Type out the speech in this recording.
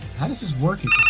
how does this work.